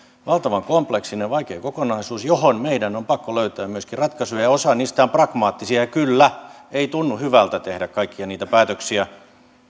valtavan kompleksinen ja vaikea kokonaisuus johon meidän on pakko löytää myöskin ratkaisuja osa niistä on pragmaattisia ja kyllä ei tunnu hyvältä tehdä kaikkia niitä päätöksiä